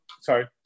sorry